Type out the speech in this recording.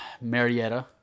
Marietta